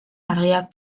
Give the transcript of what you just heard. argiak